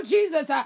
Jesus